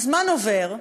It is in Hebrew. הזמן עובר,